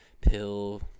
pill